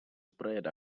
spread